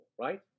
right